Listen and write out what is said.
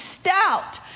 stout